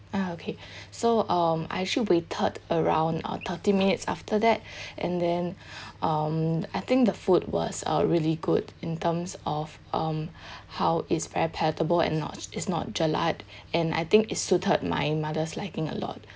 ah okay so um I actually waited around uh thirty minutes after that and then um I think the food was uh really good in terms of um how it's very palatable and not is not jelak and I think it's suited my mother's liking a lot